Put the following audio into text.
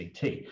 CT